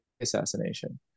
assassination